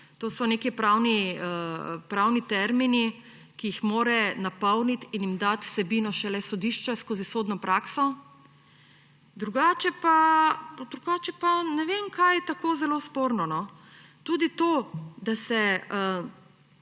To so neki pravni tęrmini, ki jih mora napolniti in jim dati vsebino šele sodišče skozi sodno prakso. Drugače pa ne vem, kaj je tako zelo sporno. Tudi to, da se